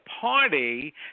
party